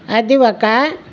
అది ఒక